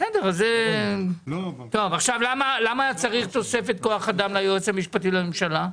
מה צריך תוספת כוח אדם ליועץ המשפטי לממשלה?